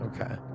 Okay